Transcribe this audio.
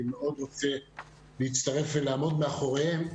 שאני מאוד רוצה להצטרף ולעמוד מאחוריהם,